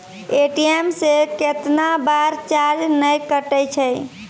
ATM से कैतना बार चार्ज नैय कटै छै?